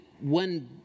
One